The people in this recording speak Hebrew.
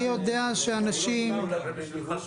אני יודע שאנשים הגיעו לפה.